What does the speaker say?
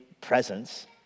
presence